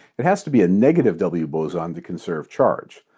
it has to be a negative w boson to conserve charge.